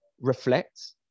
reflect